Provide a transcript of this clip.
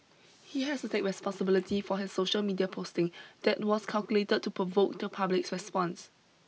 he has to take responsibility for his social media posting that was calculated to provoke the public's response